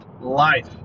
Life